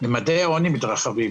וממדי העוני מתרחבים.